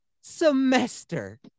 semester